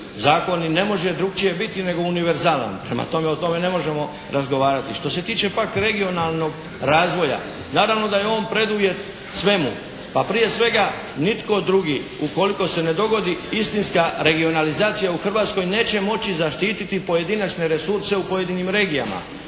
Zakon ni ne može drukčije biti nego univerzalan. Prema tome, o tome ne možemo razgovarati. Što se tiče pak regionalnog razvoja, naravno da je on preduvjet svemu. Pa prije svega, nitko drugi ukoliko se ne dogodi istinska regionalizacija u Hrvatskoj neće moći zaštititi pojedinačne resurse u pojedinim regijama.